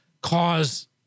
cause